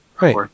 Right